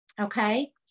Okay